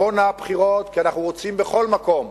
שתבואנה הבחירות, כי אנחנו רוצים בכל מקום